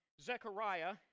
Zechariah